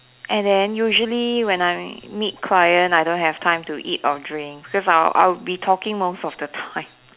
and then usually when I meet client I don't have time to eat or drink cos I I will be talking most of the time